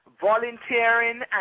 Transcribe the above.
volunteering